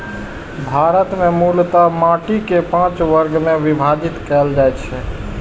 भारत मे मूलतः माटि कें पांच वर्ग मे विभाजित कैल जाइ छै